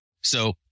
So-